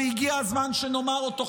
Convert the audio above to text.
והגיע הזמן שנאמר אותו,